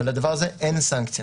ועל הדבר הזה אין סנקציה,